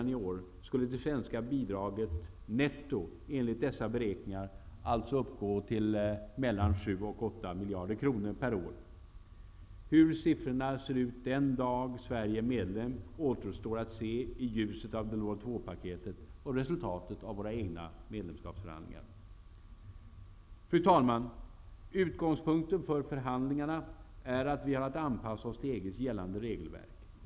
skulle det svenska nettobidraget enligt dessa beräkningar alltså uppgå till mellan 7 och 8 miljarder kronor per år. Hur siffrorna ser ut den dag Sverige är medlem återstår att se i ljuset av Delors II-paketet och resultatet av våra medlemskapsförhandlingar. Fru talman! Utgångspunkten för förhandlingarna är att vi har att anpassa oss till EG:s gällande regelverk.